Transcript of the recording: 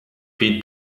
pete